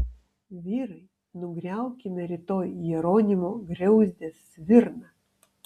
vyrai nugriaukime rytoj jeronimo griauzdės svirną